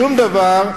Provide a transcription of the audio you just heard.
שום דבר,